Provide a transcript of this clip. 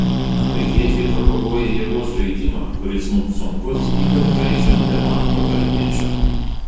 afrikiečiai propaguoja jėgos žaidimą kuris mums sunkus ypač žaidžiant be manto kalniečio